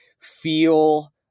feel